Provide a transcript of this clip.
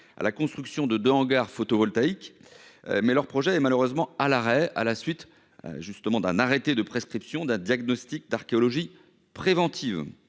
à la construction de deux hangars photovoltaïques. Leur projet est malheureusement à l'arrêt à la suite d'un arrêté de prescription d'un diagnostic d'archéologie préventive.